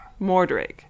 Mordrake